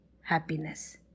happiness